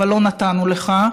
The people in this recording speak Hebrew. אבל לא נתנו לך,